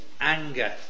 anger